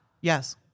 Yes